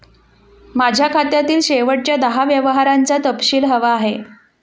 माझ्या खात्यातील शेवटच्या दहा व्यवहारांचा तपशील हवा आहे